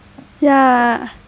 ya